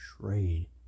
trade